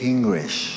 English